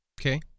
Okay